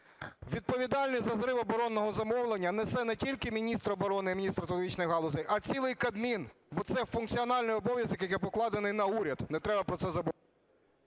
Відповідальність за зрив оборонного замовлення несе не тільки міністр оборони і міністр стратегічних галузей, а цілий Кабмін, бо це функціональний обов'язок, який покладений на уряд. Не треба про це забувати.